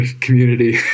community